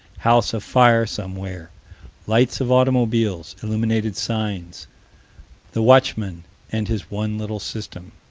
house afire somewhere lights of automobiles, illuminated signs the watchman and his one little system.